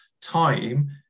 time